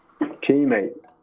teammate